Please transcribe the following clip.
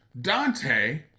Dante